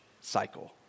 cycle